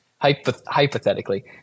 Hypothetically